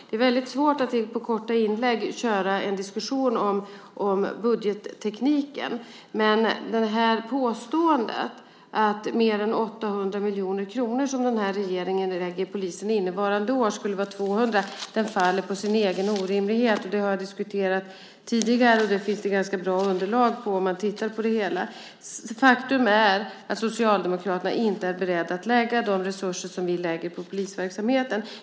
Det är väldigt svårt att i korta inlägg föra en diskussion om budgettekniken, men påståendet att de mer än 800 miljoner som den här regeringen lägger på polisen innevarande år skulle vara 200 miljoner faller på sin egen orimlighet. Det har jag diskuterat tidigare, och det finns det ganska bra underlag för. Faktum är att Socialdemokraterna inte är beredda att lägga de resurser som vi lägger på polisverksamheten.